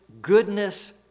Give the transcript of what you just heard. goodness